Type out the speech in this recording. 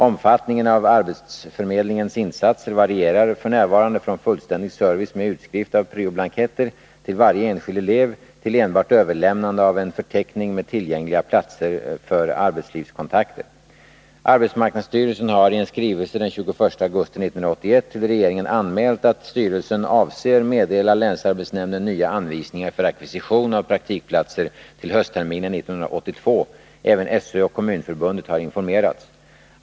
Omfattningen av arbetsförmedlingens insatser varierar f.n. från fullständig service med utskrift av pryo-blanketter till varje enskild elev till enbart överlämnande av en förteckning med tillgängliga platser för arbetslivskontakter. regeringen anmält att styrelsen avser meddela länsarbetsnämnden nya anvisningar för ackvisition av praktikplatser till höstterminen 1982. Även SÖ och Kommunförbundet har informerats.